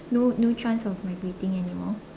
no no chance of migrating anymore